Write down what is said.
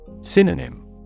Synonym